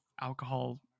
alcohol